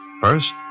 First